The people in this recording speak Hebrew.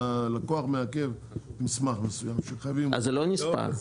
הלקוח מעכב מסמך מסוים שחייבים אותו --- זה לא נספר.